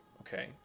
Okay